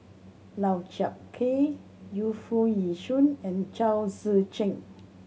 Lau Chiap Khai Yu Foo Yee Shoon and Chao Tzee Cheng